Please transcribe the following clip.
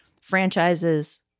franchises